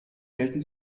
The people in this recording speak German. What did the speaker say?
gelten